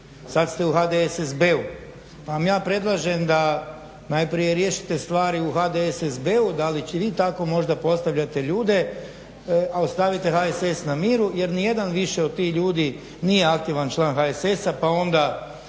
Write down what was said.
sada ste u HDSSB-u. Pa vam ja predlažem da najprije riješite stvari u HDSSB-u da li vi tako možda postavljate ljude a ostavite HSS na miru jer ni jedan više od tih ljudi nije aktivan član HSS-a pa ona